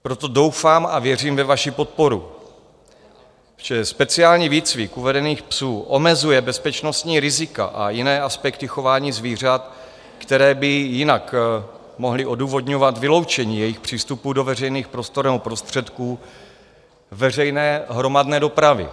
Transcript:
Proto doufám a věřím ve vaši podporu, protože speciální výcvik uvedených psů omezuje bezpečnostní rizika a jiné aspekty chování zvířat, které by jinak mohly odůvodňovat vyloučení jejich přístupu do veřejných prostor nebo prostředků veřejné hromadné dopravy.